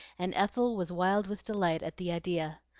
and ethel was wild with delight at the idea.